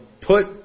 put